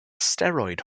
steroid